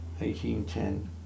1810